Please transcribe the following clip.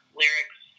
lyrics